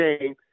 game